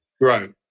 right